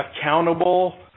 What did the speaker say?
accountable